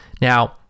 Now